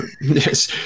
yes